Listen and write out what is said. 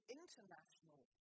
international